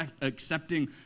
accepting